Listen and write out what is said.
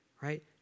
right